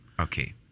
okay